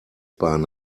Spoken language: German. bahn